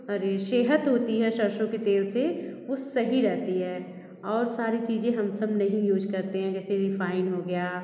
जो सेहत होती है सरसों के तेल से वो सही रहती है और सारी चीज़े हम सब नहीं यूज़ करते हैं जैसे रिफाइन हो गया